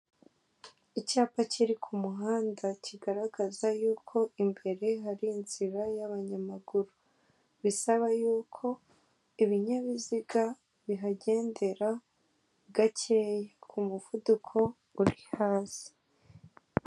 Icyapa Kiri kumuhanda kigaragaza yuko imbere hari inzira y' abanyamaguru ,bisaba yuko ibinyabiziga bihagendera gakeya ku muvuduko uri hasi.